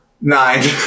Nine